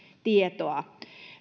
tietoa